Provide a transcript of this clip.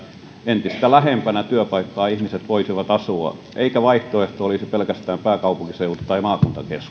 entistä lähempänä työpaikkaa ihmiset voisivat asua eikä vaihtoehto olisi pelkästään pääkaupunkiseutu tai